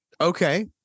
okay